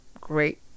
Great